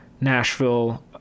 Nashville